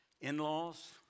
In-laws